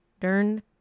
darn